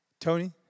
Tony